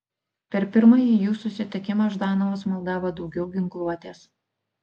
per pirmąjį jų susitikimą ždanovas maldavo daugiau ginkluotės